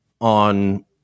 on